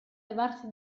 levarsi